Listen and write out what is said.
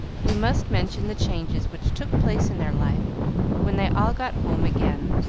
we must mention the changes which took place in their life when they all got home again.